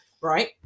Right